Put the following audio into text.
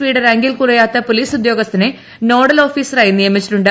പിയുടെ റാങ്കിൽ കുറയാത്ത പോലിസ് ഉദ്യോഗസ്ഥനെ നോഡൽ ഓഫിസറായി നിയമിച്ചിട്ടുണ്ട്